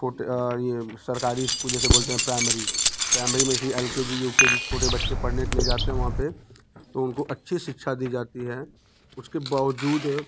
छोटे ये सरकारी इस्कूल जैसे बोलते हैं प्राइमरी प्राइमरी में जैसे L K G U K G छोटे बच्चे पढ़ने के लिए जाते हैं वहाँ पर तो उनको अच्छी शिक्षा दी जाती है उसके बावजूद